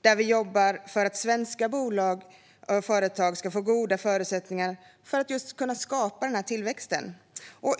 där vi jobbar för att svenska bolag och företag ska få goda förutsättningar att skapa denna tillväxt.